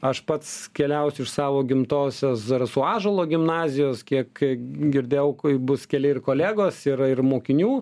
aš pats keliausiu iš savo gimtosios zarasų ąžuolo gimnazijos kiek girdėjau kai bus keli ir kolegos yra ir mokinių